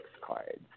cards